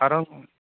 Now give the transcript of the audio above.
खार'न